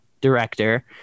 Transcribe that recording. director